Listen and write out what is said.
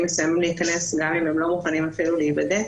מסוימים להיכנס גם אם הם לא מוכנים אפילו להיבדק.